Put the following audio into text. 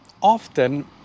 Often